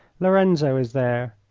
lorenzo is there.